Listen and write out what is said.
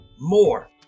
more